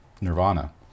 nirvana